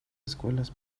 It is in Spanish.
escuelas